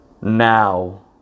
now